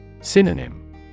Synonym